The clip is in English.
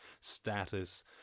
status